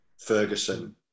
Ferguson